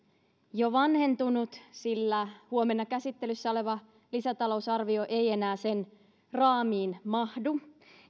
jo vanhentunut sillä huomenna käsittelyssä oleva lisätalousarvio ei enää sen raamiin mahdu